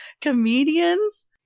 comedians